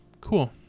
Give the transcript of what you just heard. Cool